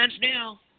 now